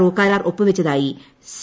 O കരാർ ഒപ്പുവച്ചതായി C